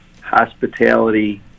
hospitality